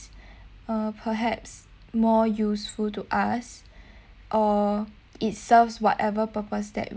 uh perhaps more useful to us uh it serves whatever purpose that